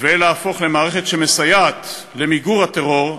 ולהפוך למערכת שמסייעת למיגור הטרור,